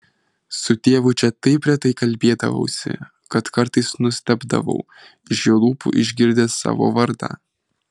su tėvu čia taip retai kalbėdavausi kad kartais nustebdavau iš jo lūpų išgirdęs savo vardą